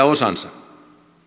osansa